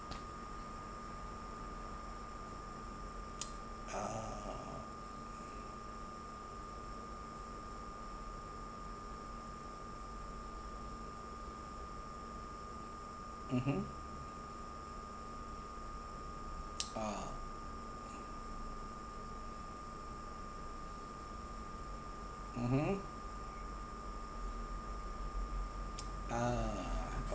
oh mmhmm oh mmhmm ah